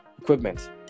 equipment